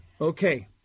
Okay